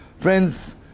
Friends